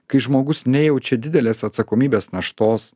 kai žmogus nejaučia didelės atsakomybės naštos